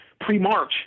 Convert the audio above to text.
pre-march